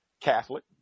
Catholic